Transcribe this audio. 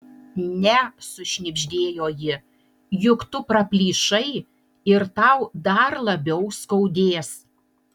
ne sušnibždėjo ji juk tu praplyšai ir tau dar labiau skaudės